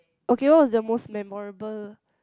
okay what is the most memorable